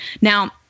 Now